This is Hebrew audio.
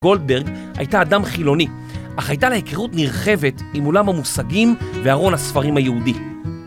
גולדברג הייתה אדם חילוני אך הייתה לה היכרות נרחבת עם עולם המושגים והרון הספרים היהודי